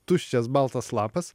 tuščias baltas lapas